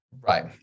Right